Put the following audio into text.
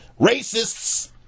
Racists